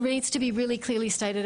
הטרחה, הם מעדיפים להעסיק מישהו אחר.